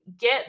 get